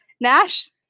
Nash